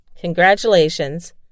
Congratulations